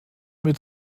mit